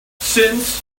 since